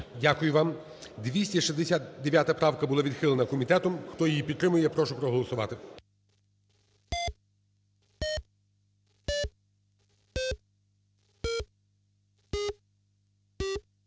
Дякую вам. 269-а правка була відхилена комітетом. Хто її підтримує, прошу проголосувати.